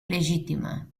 legítima